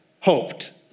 hoped